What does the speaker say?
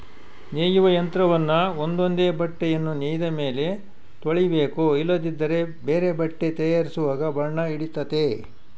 ನೇಯುವ ಯಂತ್ರವನ್ನ ಒಂದೊಂದೇ ಬಟ್ಟೆಯನ್ನು ನೇಯ್ದ ಮೇಲೆ ತೊಳಿಬೇಕು ಇಲ್ಲದಿದ್ದರೆ ಬೇರೆ ಬಟ್ಟೆ ತಯಾರಿಸುವಾಗ ಬಣ್ಣ ಹಿಡಿತತೆ